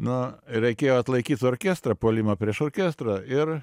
na reikėjo atlaikyt orkestrą puolimą prieš orkestrą ir